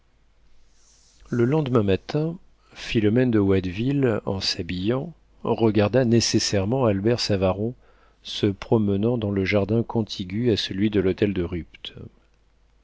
le lendemain matin philomène de watteville en s'habillant regarda nécessairement albert savaron se promenant dans le jardin contigu à celui de l'hôtel de rupt